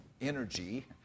energy